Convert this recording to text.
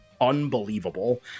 unbelievable